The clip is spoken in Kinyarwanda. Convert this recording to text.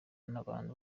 n’abantu